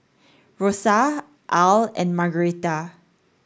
Rosa Al and Margaretta